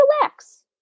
relax